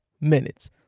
minutes